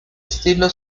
estilo